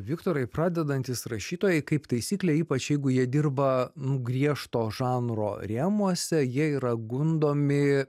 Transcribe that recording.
viktorai pradedantys rašytojai kaip taisyklė ypač jeigu jie dirba griežto žanro rėmuose jie yra gundomi